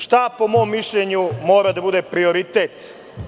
Šta po mom mišljenju mora da bude prioritet?